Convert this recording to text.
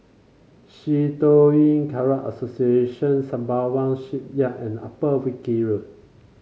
Shitoryu Karate Association Sembawang Shipyard and Upper Wilkie Road